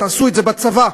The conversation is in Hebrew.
תעשו את זה בצבא,